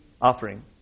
Offering